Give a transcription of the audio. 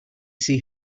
see